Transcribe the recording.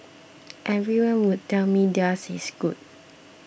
everyone would tell me theirs is good